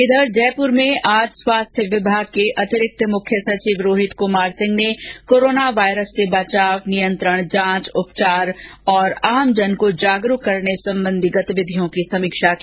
इधर जयपूर में आज स्वास्थ्य विभाग के अतिरिक्त मुख्य सचिव रोहित कमार सिंह ने कोरोना वायरस से बचाव नियंत्रण जांच उपचार और आमजन को जागरूक करने संबंधी गतिविधियों की समीक्षा की